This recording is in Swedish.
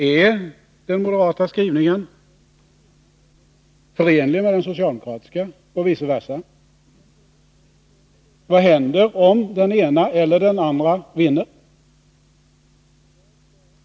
Är den moderata skrivningen förenlig med den socialdemokratiska och vice versa? Vad händer om den ena eller den andra vinner?